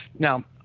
now,